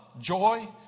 joy